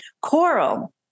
coral